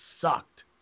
sucked